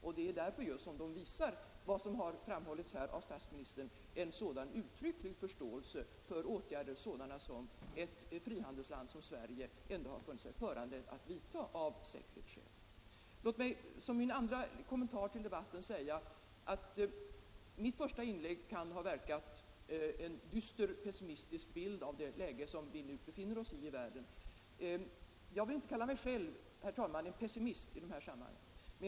Det är just därför som de visar, som här framhållits av statsministern, en sådan uttalad förståelse för åtgärder sådana som ett frihandelsland som Sverige ändå har funnit sig föranlett att vidta av säkerhetsskäl. Låt mig som min andra kommentar till debatten säga att mitt första inlägg kan ha verkat som en dyster, pessimistisk bild av det läge där vi nu befinner oss i världen. Jag vill inte, herr talman, kalla mig själv pessimist i dessa sammanhang.